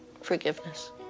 Forgiveness